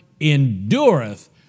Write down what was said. endureth